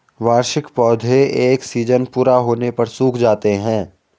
वार्षिक पौधे एक सीज़न पूरा होने पर सूख जाते हैं